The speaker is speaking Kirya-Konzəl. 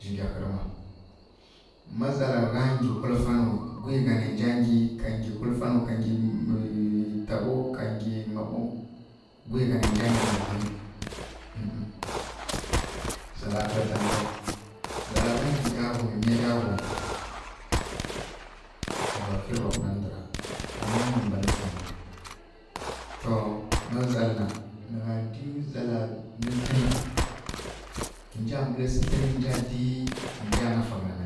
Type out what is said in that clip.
Zǝghǝrima ma zala gha nyi hǝlufanu swa gha nǝ nja nyi ka nyi ta mba ka nyi ma mba guyi gha nǝ nja nyi mbǝ ghun nǝnǝ zala kǝli mba nǝ ta zala gha hyidlǝn nǝ ˈyaraghum na gha giyi nǝ ta nda dom wǝ mba ntǝ nda nǝ gha dǝ zala mǝl tlǝn nǝ nja mǝl tlǝn nja mǝl tlǝn nǝ nja kuma nǝ sǝ nǝ nja nafa ghana